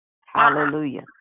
Hallelujah